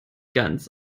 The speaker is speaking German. ganz